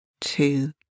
two